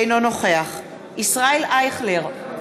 אינו נוכח ישראל אייכלר,